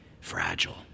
fragile